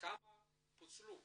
פוצלו